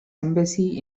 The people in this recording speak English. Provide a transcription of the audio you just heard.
embassy